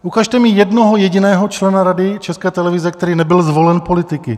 Ukažte mi jednoho jediného člena Rady České televize, který nebyl zvolen politiky!